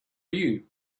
you